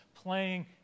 playing